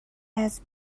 has